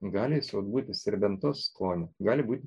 gali jis juk būti serbentos skonio gali būti